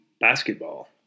basketball